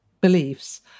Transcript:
beliefs